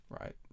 Right